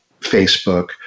Facebook